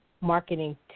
marketing